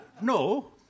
No